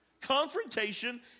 Confrontation